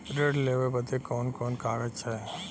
ऋण लेवे बदे कवन कवन कागज चाही?